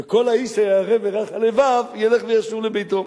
וכל האיש הירא ורך הלבב ילך וישוב לביתו.